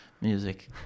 music